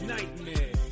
Nightmare